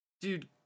Dude